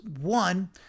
One